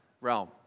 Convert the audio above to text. realm